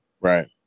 Right